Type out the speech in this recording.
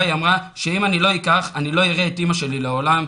היא אמרה שאם אני לא אקח אני לא אראה את אימא שלי לעולם,